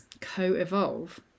co-evolve